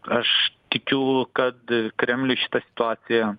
aš tikiu kad kremliui šita situacija